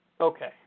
Okay